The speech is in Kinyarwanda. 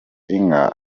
inka